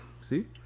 See